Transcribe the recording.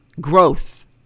Growth